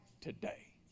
today